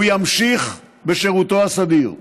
הוא ימשיך בשירותו הסדיר.